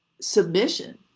submission